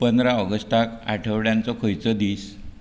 पंदरा ऑगस्टाक आठवड्यांचो खंयचो दीस